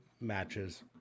matches